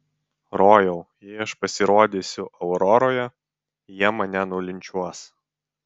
rojau jei aš pasirodysiu auroroje jie mane nulinčiuos